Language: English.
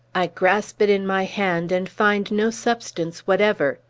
i grasp it in my hand, and find no substance whatever.